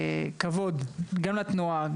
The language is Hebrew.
זה כבוד גם לתנועה,